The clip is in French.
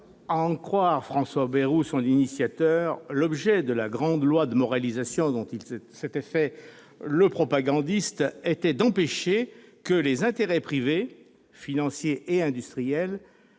en croire François Bayrou, son initiateur, l'objet de la grande loi de moralisation dont il s'était fait le propagandiste était d'empêcher que les intérêts privés, financiers et industriels